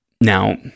Now